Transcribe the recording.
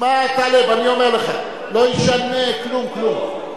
שמע, טלב, אני אומר לך, לא ישנה כלום, כלום.